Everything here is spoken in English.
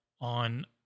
on